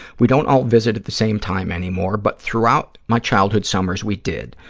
we don't all visit at the same time anymore, but throughout my childhood summers we did.